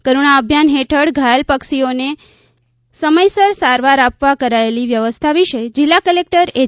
કરૂણા અભિયાન હેઠળ ઘાયલ પક્ષીઓને સમયસર સારવાર આપવા કરાયેલી વ્યવસ્થા વિશે જીલ્લા કલેકટર એચ